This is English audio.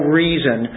reason